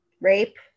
rape